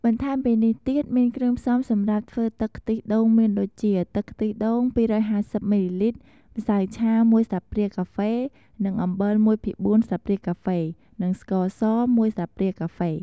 បន្ថែមពីនេះទៀតមានគ្រឿងផ្សំសម្រាប់ធ្វើទឹកខ្ទះដូងមានដូចជា ទឹកខ្ទះដូង២៥០មីលីលីត្រម្សៅឆាមួយស្លាបព្រាកាហ្វេនិងអំបិលមួយភាគបួនស្លាបព្រាកាហ្វនិងស្ករស១ស្លាបព្រាកាហ្វេ។